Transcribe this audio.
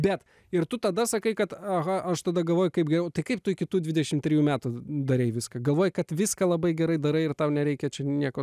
bet ir tu tada sakai kad aha aš tada galvoju kaip geriau o tai kaip tu iki tų dvidešim trijų metų darei viską galvojai kad viską labai gerai darai ir tau nereikia čia nieko